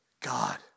God